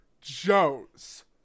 joe's